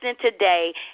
today